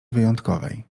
wyjątkowej